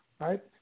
Right